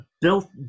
built